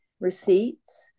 receipts